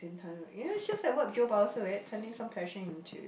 in time ya it's just like what turning some passion into